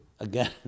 Again